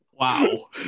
Wow